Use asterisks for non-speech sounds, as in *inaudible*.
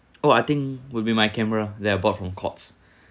oh I think will be my camera that I bought from Courts *breath*